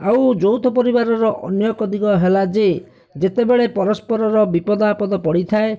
ଆଉ ଯୌଥ ପରିବାରର ଅନ୍ୟ ଏକ ଦିଗ ହେଲା ଯେ ଯେତେବେଳେ ପରସ୍ପରର ବିପଦ ଆପଦ ପଡ଼ିଥାଏ